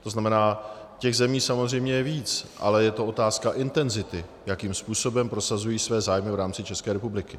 To znamená, těch zemí samozřejmě je víc, ale je to otázka intenzity, jakým způsobem prosazují své zájmy v rámci České republiky.